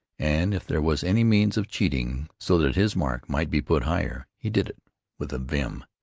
and if there was any means of cheating, so that his mark might be put higher, he did it with a vim,